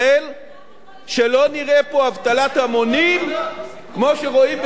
שלא נראה פה אבטלת המונים כמו שרואים בספרד וביוון.